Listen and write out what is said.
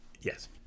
Yes